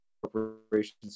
corporations